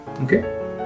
Okay